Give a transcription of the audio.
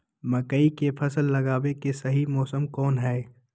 मकई के फसल लगावे के सही मौसम कौन हाय?